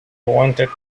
wanted